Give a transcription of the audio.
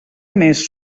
més